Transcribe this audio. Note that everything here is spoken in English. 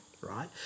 right